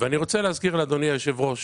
אני רוצה להזכיר לאדוני היושב-ראש